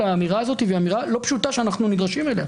האמירה הזאת שהיא אמירה לא פשוטה שאנחנו נדרשים לה.